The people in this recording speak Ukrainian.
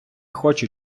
хоче